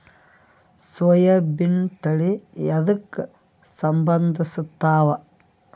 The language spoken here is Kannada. ಸೋಯಾಬಿನ ತಳಿ ಎದಕ ಸಂಭಂದಸತ್ತಾವ?